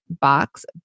box